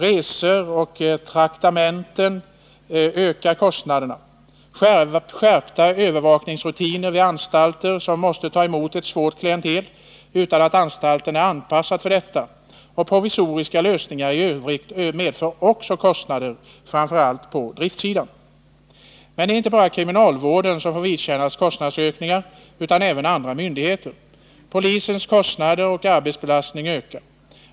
Resor och traktamenten ökar kostnaderna. Skärpta övervakningsrutiner vid anstalter som måste ta emot ett svårt klientel utan att vara anpassade för detta och provisoriska lösningar i övrigt vållar också kostnadsökningar, framför allt på driftsidan. Men det är inte bara kriminalvården som får vidkännas kostnadsökningar, utan även andra myndigheter. Polisens kostnader och arbetsbelastning ökar.